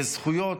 וזכויות,